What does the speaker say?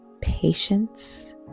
patience